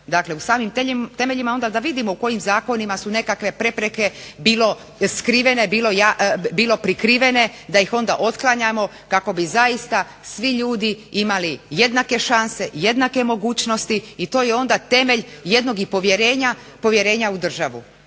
Dakle, u samim temeljima onda da vidimo u kojim zakonima su nekakve prepreke bilo skrivene, bilo prikrivene da ih onda otklanjamo kako bi zaista svi ljudi imali jednake šanse, jednake mogućnosti i to je onda temelj jednog i povjerenja u državu.